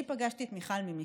אני פגשתי את מיכל "ממקודם".